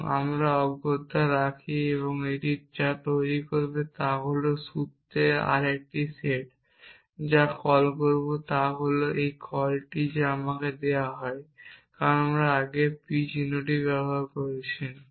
এবং আমরা এটি অগত্যা রাখি এবং এটি যা তৈরি করবে তা হল সূত্রের আরেকটি সেট যা আমরা কল করব তা হল এই কলটি যা আমাকে দেওয়া হয় কারণ আমি আগে p চিহ্ন ব্যবহার করেছি